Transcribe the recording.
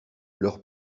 leurs